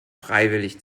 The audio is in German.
freiwillig